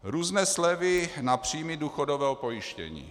Různé slevy na příjmy důchodového pojištění.